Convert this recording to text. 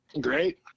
Great